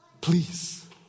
Please